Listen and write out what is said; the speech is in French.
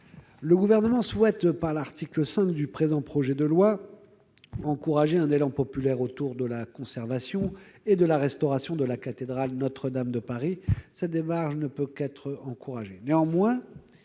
Le Gouvernement souhaite, par l'article 5 du projet de loi, encourager un élan populaire autour de la conservation et de la restauration de la cathédrale Notre-Dame de Paris. Cette démarche ne peut qu'être encouragée.